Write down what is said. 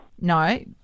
No